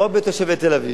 לא בתושבי תל-אביב,